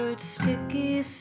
sticky